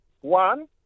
One